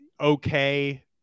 okay